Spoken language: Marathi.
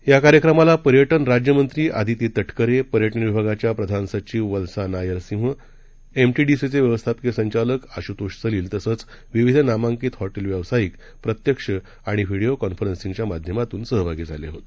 याकार्यक्रमालापर्यटनराज्यमंत्रीअदितीतटकरे आयोजित पर्यटनविभागाच्याप्रधानसचिववल्सानायर सिंह मिटीडीसीचेव्यवस्थापकीयसंचालकआशुतोषसलील तसंचविविधनामांकितहॉटेलव्यावसायिकप्रत्यक्षआणिव्हडिओकॉन्फरन्सीगच्यामाध्यमातूनसहभागीझालेहोते